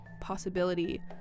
possibility